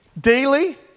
daily